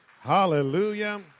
Hallelujah